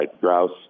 grouse